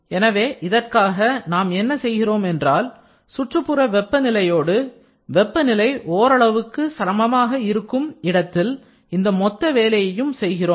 எனவே இதற்காக நாம் என்ன செய்கிறோம் என்றால் சுற்றுப்புற வெப்ப நிலையோடு வெப்பநிலை ஓரளவு சமமாக இருக்கும் இடத்தில் இந்த மொத்த வேலையையும் செய்கிறோம்